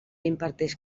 imparteix